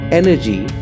energy